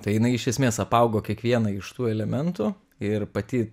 tai jinai iš esmės apaugo kiekvieną iš tų elementų ir pati